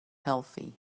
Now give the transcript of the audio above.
healthy